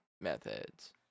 Methods